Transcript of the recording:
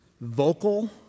vocal